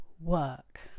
work